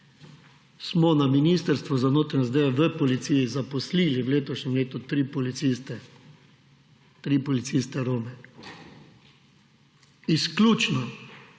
smo na Ministrstvu za notranje zadeve v policiji zaposlili v letošnjem letu tri policiste Rome izključno,